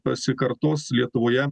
pasikartos lietuvoje